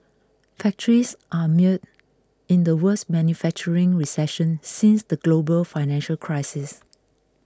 factories are mired in the worst manufacturing recession since the global financial crisis